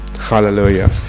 Hallelujah